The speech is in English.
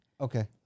Okay